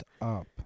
up